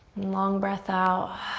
long breath out.